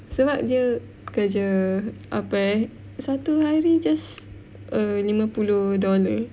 sebab dia kerja apa eh satu hari just err lima puluh dollar